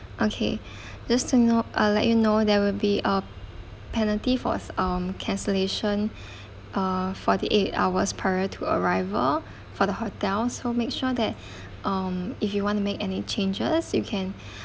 okay just to know uh let you know there will be a penalty for um cancellation uh forty eight hours prior to arrival for the hotels so make sure that um if you want to make any changes you can